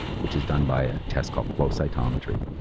which is done by a test called flow cytometry.